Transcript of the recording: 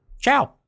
Ciao